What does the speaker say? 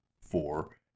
four